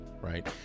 Right